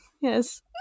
yes